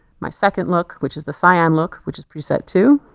my second look which is the cyan look, which is preset two,